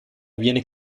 viene